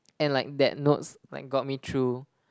and like that notes like got me through